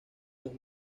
los